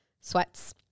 sweats